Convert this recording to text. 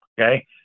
okay